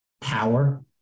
power